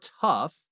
tough